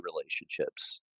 relationships